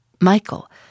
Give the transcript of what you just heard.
Michael